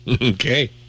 Okay